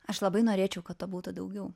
aš labai norėčiau kad to būtų daugiau